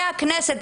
והכנסת,